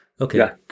okay